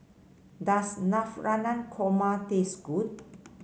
does Navratan Korma taste good